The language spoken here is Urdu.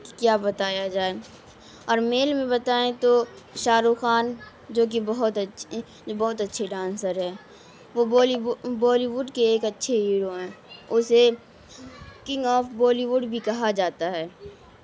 کہ کیا بتایا جائے اور میل میں بتائیں تو شاہ رخ خان جو کہ بہت اچ جو بہت اچھے ڈانسر ہیں وہ بی بالی ووڈ کے ایک اچھے ہیرو ہیں اسے کنگ آف بالی ووڈ بھی کہا جاتا ہے